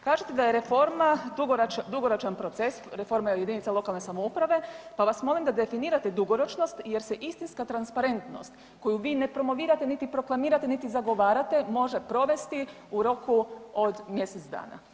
Kažete da je reforma dugoročan proces, reforma jedinice lokalne samouprave pa vas molim da definirate dugoročnost jer se istinska transparentnost koju vi ne promovirate niti proklamirate niti zagovarate može provesti u roku od mjesec dana.